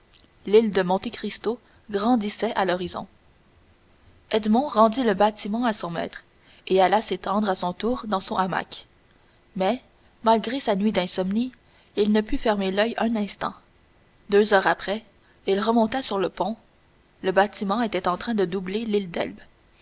l'île de monte cristo grandissait à l'horizon edmond rendit le bâtiment à son maître et alla s'étendre à son tour dans son hamac mais malgré sa nuit d'insomnie il ne put fermer l'oeil un seul instant deux heures après il remonta sur le pont le bâtiment était en train de doubler l'île d'elbe